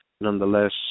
Nonetheless